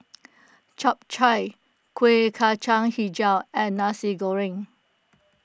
Chap Chai Kuih Kacang HiJau and Nasi Goreng